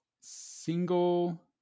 Single